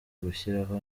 gushyiraho